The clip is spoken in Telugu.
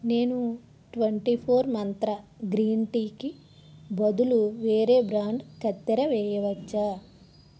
నేను ట్వంటీ ఫోర్ మంత్ర గ్రీన్ టీకి బదులు వేరే బ్రాండ్ కత్తెర వేయవచ్చా